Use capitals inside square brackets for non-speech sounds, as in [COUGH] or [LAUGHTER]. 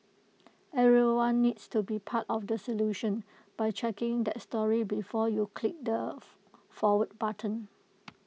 everyone needs to be part of the solution by checking that story before you click the [NOISE] forward button